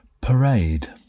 Parade